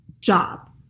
job